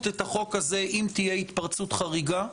את החוק הזה במידה ותהיה התפרצות חריגה,